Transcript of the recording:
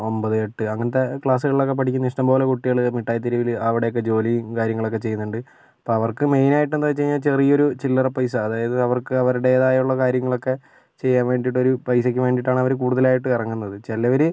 ഒൻപത് എട്ട് അങ്ങനത്തെ ക്ലാസ്സുകളിലൊക്കെ പഠിക്കുന്ന ഇഷ്ടംപോലെ കുട്ടികൾ മിട്ടായിത്തെരുവിൽ അവിടെയൊക്കെ ജോലിയും കാര്യങ്ങളൊക്കെ ചെയ്യുന്നുണ്ട് അപ്പം അവർക്ക് മെയിനായിട്ട് എന്താ വെച്ചു കഴിഞ്ഞാൽ ചെറിയൊരു ചില്ലറ പൈസ അതായത് അവർക്ക് അവരുടേതായ കാര്യങ്ങളൊക്കെ ചെയ്യാൻ വേണ്ടിയിട്ട് ഒരു പൈസക്ക് വേണ്ടിയിട്ടാണ് അവർ കൂടുതലായിട്ടും ഇറങ്ങുന്നത് ചിലവർ